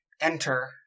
enter